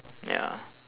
ya